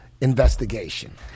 investigation